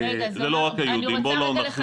זה לא רק היהודים, בוא לא נכליל.